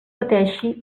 pateixi